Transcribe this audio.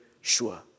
sure